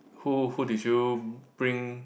who who did you bring